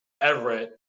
Everett